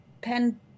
pen